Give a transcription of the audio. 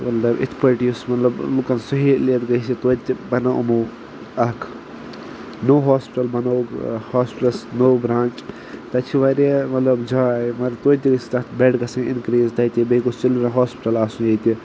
مطلب یِتھ پٲٹھۍ یُس مطلب لُکَن سہوٗلیت گژھِ توتہِ بَنٲو یِمو اَکھ نوٚو ہاسپِٹَل بَنووُکھ ہاسپِٹلَس نوٚو برٛانچ تَتہِ چھِ واریاہ مطلب جاے مگر توتہِ ٲسۍ تَتھ بٮ۪ڈ گژھان اِنکِرٛیٖز تَتہِ بیٚیہِ گوٚژھ چِلڈرٛن ہاسپِٹَل آسُن ییٚتہِ